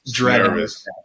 Nervous